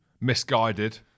Misguided